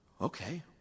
Okay